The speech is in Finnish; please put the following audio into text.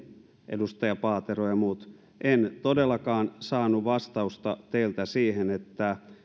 edustaja paatero ja muut että en todellakaan saanut vastausta teiltä siihen